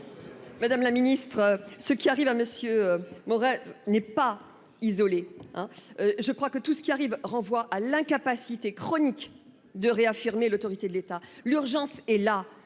Madame la Ministre, ce qui arrive à Monsieur Morel n'est pas isolée hein. Je crois que tout ce qui arrive, renvoie à l'incapacité chronique de réaffirmer l'autorité de l'État. L'urgence est là